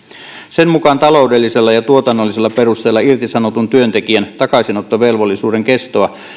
sen mukaan taloudellisilla ja tuotannollisilla perusteilla irtisanotun työntekijän takaisinottovelvollisuuden kestoa